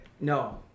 No